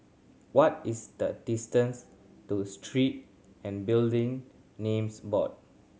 what is the distance to Street and Building Names Board